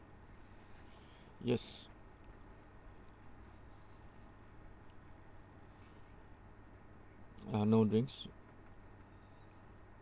yes uh no drinks